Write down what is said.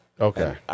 Okay